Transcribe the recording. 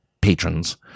patrons